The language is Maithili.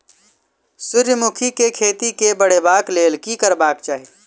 सूर्यमुखी केँ खेती केँ बढ़ेबाक लेल की करबाक चाहि?